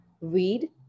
Read